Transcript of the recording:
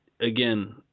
again